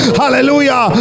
hallelujah